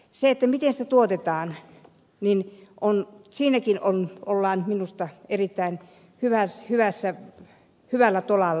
siinäkin miten sitä tuotetaan ollaan minusta erittäin hyvällä tolalla